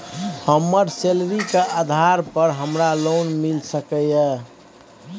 हमर सैलरी के आधार पर हमरा लोन मिल सके ये?